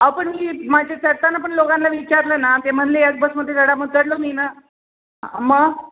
अहो पण मी मगाशी चढताना पण लोकांना विचारलं ना ते म्हणले याच बसमध्ये चढा मग चढलो मी न मग